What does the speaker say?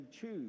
choose